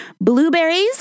Blueberries